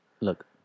Look